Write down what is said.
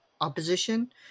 opposition